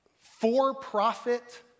for-profit